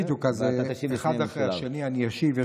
בדיוק, אחד אחרי השני אני אשיב.